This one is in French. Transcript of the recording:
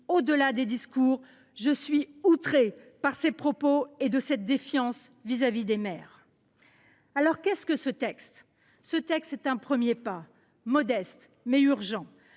au delà des discours, je suis outrée de ces propos et de cette défiance vis à vis des maires ! Alors, qu’est ce que ce texte ? Ce texte est un premier pas, modeste, mais urgent.